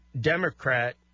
Democrat